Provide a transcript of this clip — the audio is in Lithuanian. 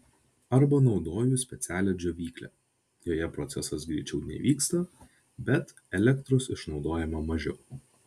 arba naudoju specialią džiovyklę joje procesas greičiau nevyksta bet elektros išnaudojama mažiau